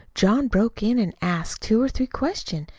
john broke in an' asked two or three questions,